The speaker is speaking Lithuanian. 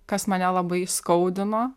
kas mane labai įskaudino